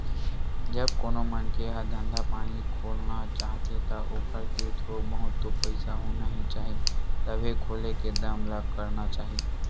जब कोनो मनखे ह धंधा पानी खोलना चाहथे ता ओखर तीर थोक बहुत तो पइसा होना ही चाही तभे खोले के दम ल करना चाही